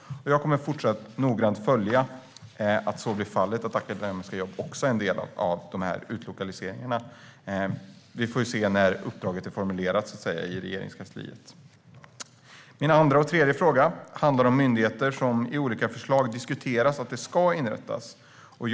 Jag kommer fortsatt noggrant att följa att så blir fallet - att akademiska jobb också blir en del av utlokaliseringarna. Vi får se när uppdraget är formulerat i Regeringskansliet. Min andra och tredje fråga handlar om myndigheter som man i olika förslag diskuterar inrättandet av.